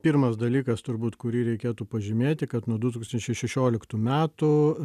pirmas dalykas turbūt kurį reikėtų pažymėti kad nuo du tūkstančiai šešioliktų metų